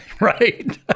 right